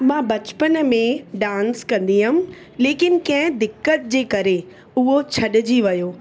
मां बचपन में डांस कंदी हुअमि लेकिनि कंहिं दिक़त जे करे उहो छॾिजी वियो